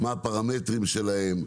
מה הפרמטרים שלהם,